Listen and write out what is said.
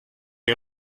est